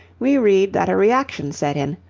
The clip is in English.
we read that a reaction set in,